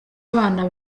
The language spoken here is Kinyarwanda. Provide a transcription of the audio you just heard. abana